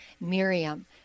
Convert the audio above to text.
Miriam